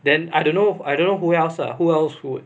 then I don't know I don't know who else who else would